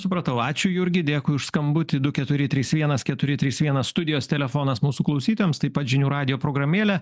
supratau ačiū jurgi dėkui už skambutį du keturi trys vienas keturi trys vienas studijos telefonas mūsų klausytojams taip pat žinių radijo programėlė